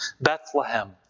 Bethlehem